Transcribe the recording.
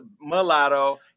Mulatto